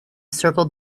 circled